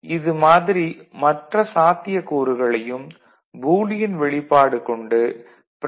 ஆக இது மாதிரி மற்ற சாத்தியக்கூறுகளையும் பூலியன் வெளிப்பாடு கொண்டு பிரதிநிதித்துவப்படுத்தலாம்